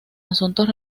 asuntos